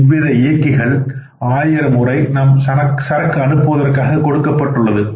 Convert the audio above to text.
இவ்வித செலவின இயக்கிகள் 1000 முறை நாம் சரக்கு அனுப்புவதாக கொடுக்கப்பட்டுள்ளது